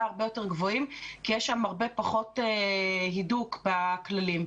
הרבה יותר גבוהים כי יש שם הרבה פחות הידוק בכללים.